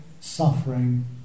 suffering